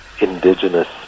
indigenous